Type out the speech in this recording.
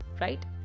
right